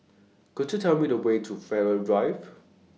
Could YOU Tell Me The Way to Farrer Drive